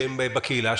שהם בקהילה,